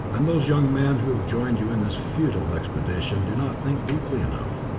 and those young men who have joined you in this futile expedition do not think deeply enough.